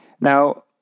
Now